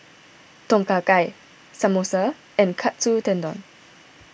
Tom Kha Gai Samosa and Katsu Tendon